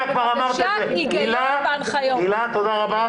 תודה רבה.